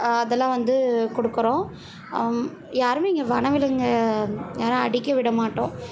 அதெல்லாம் வந்து கொடுக்குறோம் யாருமே இங்கே வனவிலங்கை யாரும் அடிக்க விட மாட்டோம்